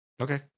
Okay